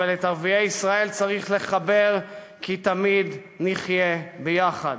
אבל את ערביי ישראל צריך לחבר, כי תמיד נחיה ביחד.